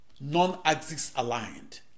non-axis-aligned